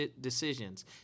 decisions